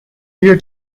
dear